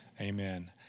Amen